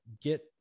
get